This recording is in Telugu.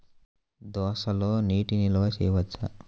దోసలో నీటి నిల్వ చేయవచ్చా?